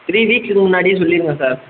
three வீக்ஸ்ஸுக்கு முன்னாடியே சொல்லிடுங்க சார்